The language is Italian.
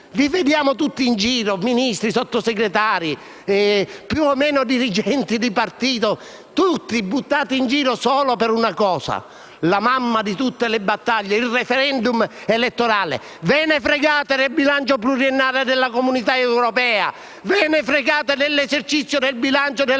Vi vediamo tutti in giro, Ministri, Sottosegretari, più o meno dirigenti di partito, tutti buttati in giro solo per una cosa, la madre di tutte le battaglie: il *referendum* costituzionale. Ve ne fregate del bilancio pluriennale della Comunità europea. Ve ne fregate dell'esercizio del bilancio e della legge